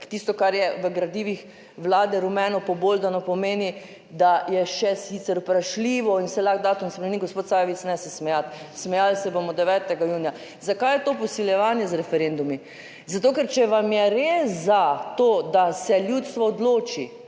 tisto, kar je v gradivih vlade rumeno poboldano pomeni, da je še sicer vprašljivo in se lahko datum spremeni, gospod Sajovic ne se smejati, smejali se bomo 9. junija. Zakaj je to posiljevanje z referendumi? Zato, ker če vam je res za to, da se ljudstvo odloči